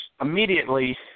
immediately